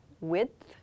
width